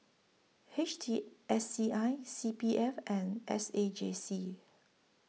H T S C I C P F and S A J C